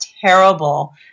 terrible